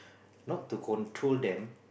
not to control them